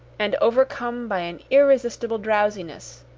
and overcome by an irresistible drowsiness